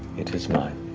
it is mine,